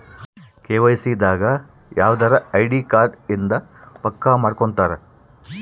KYC ದಾಗ ಯವ್ದರ ID card ಇಂದ ಪಕ್ಕ ಮಾಡ್ಕೊತರ